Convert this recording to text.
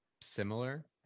similar